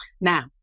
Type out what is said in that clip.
Now